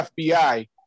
FBI